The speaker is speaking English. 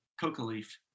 Coca-leaf